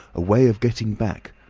a way of getting back!